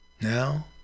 Now